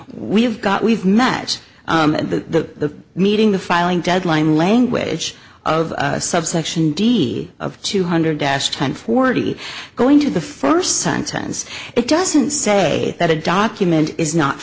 we've got we've met the meeting the filing deadline language of subsection d of two hundred dash time forty going to the first sentence it doesn't say that a document is not